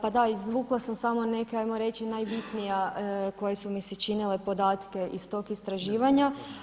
Pa da, izvukla sam samo neke ajmo reći najbitnije koje su mi se činile podatke iz tog istraživanja.